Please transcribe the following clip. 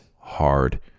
hard